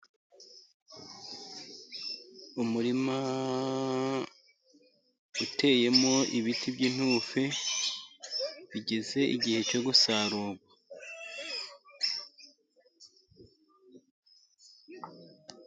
Umurima uteyemo ibiti by'inintufe bigeze igihe cyo gusarurwa.